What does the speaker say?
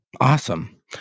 awesome